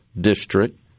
District